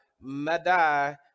madai